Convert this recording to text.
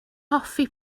hoffi